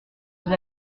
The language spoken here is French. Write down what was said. nous